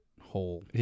whole